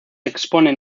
exponen